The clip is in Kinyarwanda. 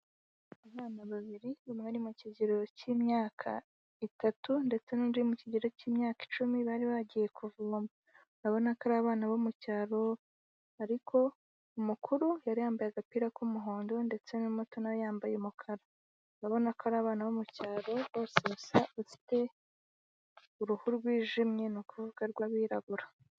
Abana babiri umwe mu kigero cy'imyaka itatu ndetse n'undi uri mu kigero cy'imyaka icumi bari bagiye kuvoma. Urabona ko ari abana bo mu cyaro ariko umukuru yari yambaye agapira k'umuhondo ndetse n'umuto na we yambaye umukara. Urabona ko ari abana bo mu cyaro bose basa ufite uruhu rwijimye ni urubuga rw'abirabura.